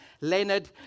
Leonard